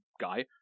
guy